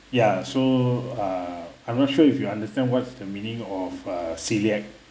ya so uh I'm not sure if you understand what's the meaning of uh celiac